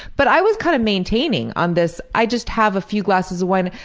but i was kind of maintaining on this i just have a few glasses of wine,